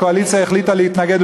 הקואליציה החליט להתנגד,